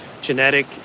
genetic